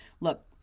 Look